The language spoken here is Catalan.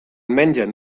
mengen